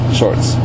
shorts